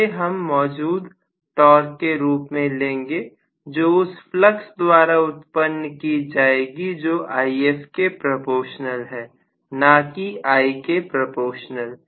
इसे हम मौजूद टॉर्क के रूप में लेंगे जो उस फ्लक्स द्वारा उत्पन्न की जाएगी जो If के प्रपोशनल है ना कि I के प्रपोशनल